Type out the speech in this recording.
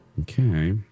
Okay